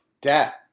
Dad